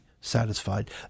satisfied